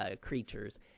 creatures